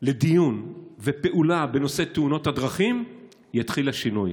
לדיון ופעולה בנושא תאונות הדרכים, יתחיל השינוי.